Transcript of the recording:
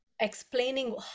explaining